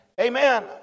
amen